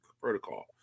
protocol